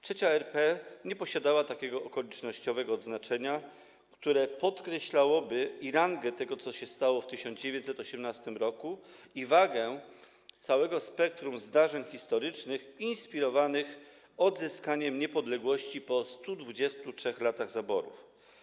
III RP nie posiadała takiego okolicznościowego odznaczenia, które podkreślałoby i rangę tego, co się stało w 1918 r., i wagę całego spektrum zdarzeń historycznych inspirowanych odzyskaniem niepodległości po 123 latach zaborów.